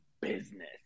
business